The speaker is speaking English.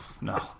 No